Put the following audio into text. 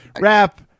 Rap